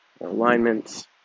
alignments